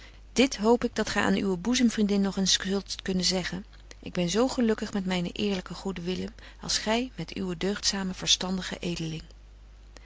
dit hoop ik dat gy aan uwe boezemvriendin nog eens zult kunnen zeggen ik ben zo gelukkig met mynen eerlyken goeden willem als gy met uwen deugdzamen verstandigen